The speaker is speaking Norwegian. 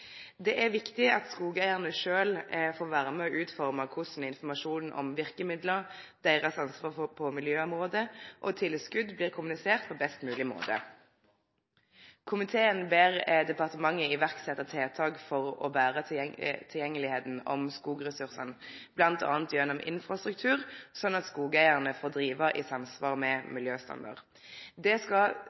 om deira ansvar på miljøområdet og om tilskot blir kommunisert på best mogleg måte. Komiteen ber departementet setje i verk tiltak for å betre tilgjenget til skogressursane, bl.a. gjennom infrastruktur, slik at skogeigarane får drive i samsvar med miljøstandardar. Dette skal